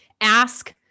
Ask